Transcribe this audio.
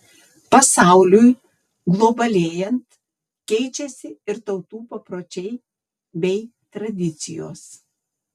pasauliui globalėjant keičiasi ir tautų papročiai bei tradicijos